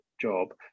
job